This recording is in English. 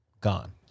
Gone